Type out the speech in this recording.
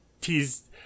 teased